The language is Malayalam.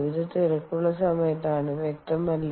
ഇത് തിരക്കുള്ള സമയത്താണ് വ്യക്തമല്ലേ